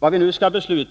när lånet återbetalts.